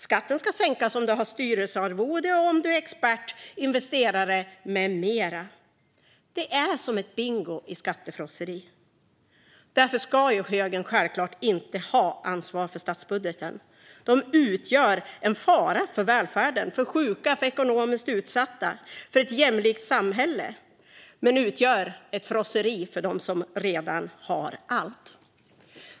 Skatten ska sänkas om du får styrelsearvode och om du är expert, investerare med mera. Det är som ett bingo i skattefrosseri. Därför ska högern självklart inte ha ansvar för statsbudgeten. De utgör en fara för välfärden, för sjuka och för ekonomiskt utsatta. De utgör en fara för ett jämlikt samhälle men levererar ett frosseri för dem som redan har allt.